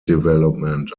development